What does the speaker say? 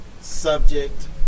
subject